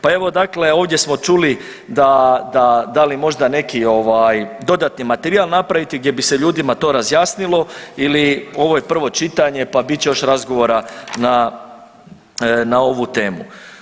Pa evo dakle ovdje smo čuli da li možda neki dodatni materijal napraviti gdje bi se ljudima to razjasnilo ili ovo je prvo čitanje pa bit će još razgovora na ovu temu.